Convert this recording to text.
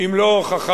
אם לא הוכחה,